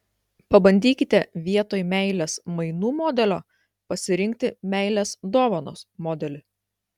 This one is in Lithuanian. pabandykite vietoj meilės mainų modelio pasirinkti meilės dovanos modelį